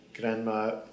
grandma